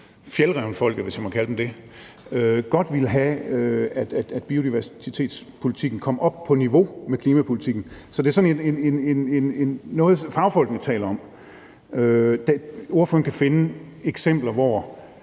Fjällrävenfolket, hvis jeg må kalde dem det, godt ville have, at biodiversitetspolitikken kom op på niveau med klimapolitikken. Så det er noget, fagfolkene taler om. Ordføreren kan finde eksempler, hvor